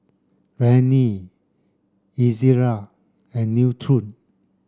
Rene Ezerra and Nutren